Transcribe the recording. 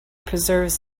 preserves